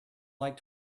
like